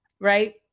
right